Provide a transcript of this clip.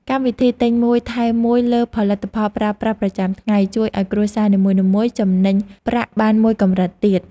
កម្មវិធីទិញមួយថែមមួយលើផលិតផលប្រើប្រាស់ប្រចាំថ្ងៃជួយឱ្យគ្រួសារនីមួយៗចំណេញប្រាក់បានមួយកម្រិតទៀត។